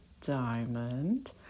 diamond